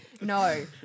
no